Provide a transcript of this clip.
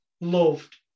loved